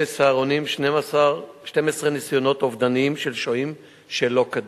"סהרונים" 12 ניסיונות אובדניים של שוהים שלא כדין,